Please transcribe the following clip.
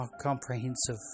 comprehensive